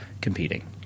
competing